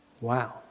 Wow